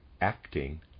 acting